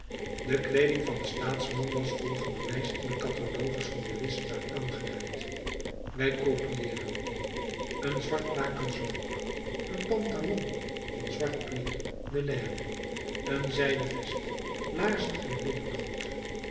de kleeding van den staatsman was volgenderwijs in den catalogus van den wisselaar aangeduid wij copieeren een zwartlakensche rok een pantalon van zwart cuir de laine een zijden vest laarzen en